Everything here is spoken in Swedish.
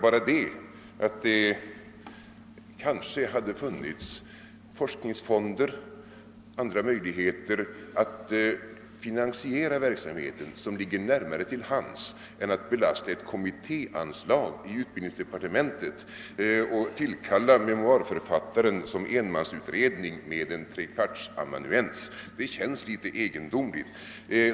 Men det hade kanske funnits forskningsfonder eller andra möjligheter att finansiera det arbetet, möjligheter som ligger närmare till hands än att belasta ett kommittéanslag i utbildningsdepartementet och tillkalla memoarförfattaren som enmansutredning med en två tredjedels amanuenstjänst. Det känns litet egendomligt.